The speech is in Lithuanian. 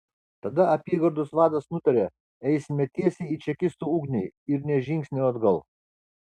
tada apygardos vadas nutarė eisime tiesiai į čekistų ugnį ir nė žingsnio atgal